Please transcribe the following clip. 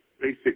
basic